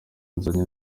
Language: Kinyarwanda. nzanye